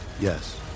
Yes